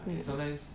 mm